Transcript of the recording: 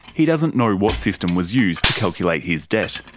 he doesn't know what system was used to calculate his debt.